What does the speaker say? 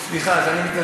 כן.